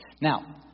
Now